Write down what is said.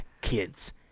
Kids